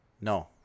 No